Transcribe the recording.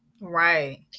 right